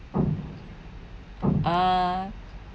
uh